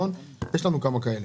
יש לנו כמה כאלה,